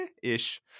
ish